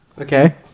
Okay